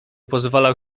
pozwalał